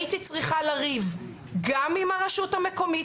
הייתי צריכה לריב גם עם הרשות המקומית,